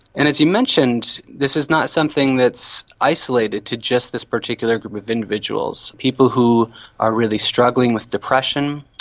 and, as you mentioned, this is not something that's isolated to just this particular group of individuals. people who are really struggling with depression,